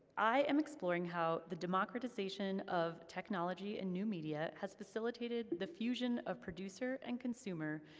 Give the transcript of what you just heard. i am exploring how the democratization of technology and new media has facilitated the fusion of producer and consumer,